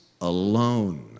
alone